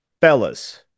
Fellas